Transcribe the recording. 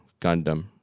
Gundam